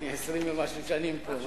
אני עשרים שנים ומשהו פה.